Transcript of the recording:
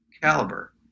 caliber